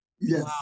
Yes